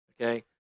Okay